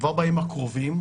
וכבר בימים הקרובים,